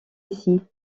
ici